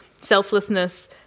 selflessness